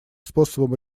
способом